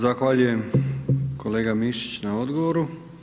Zahvaljujem kolega Mišić na odgovoru.